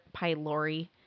pylori